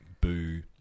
boo